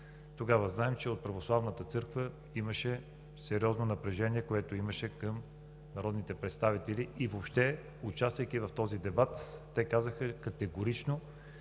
тогава знаем, че в Православната църква имаше сериозно напрежение, което имаше към народните представители и въобще, участвайки в този дебат, те казаха категорично,